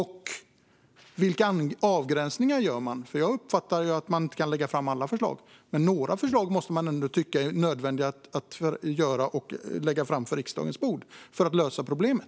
Vilka avgränsningar gör man? Jag uppfattar att man inte kan lägga fram alla förslag. Men några förslag måste man ändå tycka är nödvändiga och lägga fram på riksdagens bord för att lösa problemet.